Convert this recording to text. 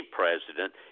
president